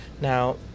Now